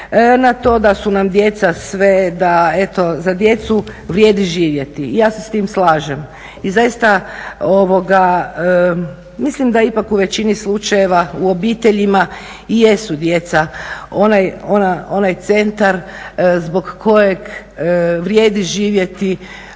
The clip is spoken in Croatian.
na to da su nam djeca sve, da eto za djecu vrijedi živjeti. I ja se s tim slažem. I zaista mislim da ipak u većini slučajeva u obiteljima i jesu djeca onaj centar zbog kojeg vrijedi živjeti,